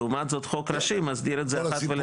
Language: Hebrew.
לעומת זאת חוק ראשי מסדיר את זה אחת ולתמיד.